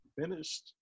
finished